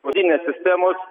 vidinės sistemos